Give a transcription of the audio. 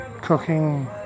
cooking